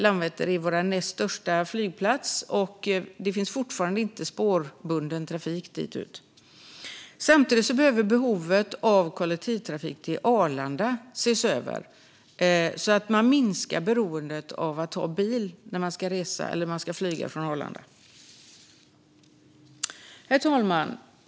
Landvetter är vår näst största flygplats, och det finns fortfarande inte spårbunden trafik dit ut. Samtidigt behöver behovet av kollektivtrafik till Arlanda ses över så att man minskar beroendet av bil för den som ska flyga från Arlanda. Herr talman!